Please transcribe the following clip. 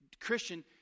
Christian